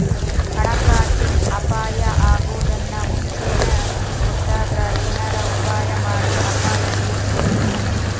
ಹಣಕಾಸಿನ್ ಅಪಾಯಾ ಅಗೊದನ್ನ ಮುಂಚೇನ ಗೊತ್ತಾದ್ರ ಏನರ ಉಪಾಯಮಾಡಿ ಅಪಾಯ ನಿಲ್ಲಸ್ಬೊದು